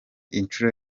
inshuro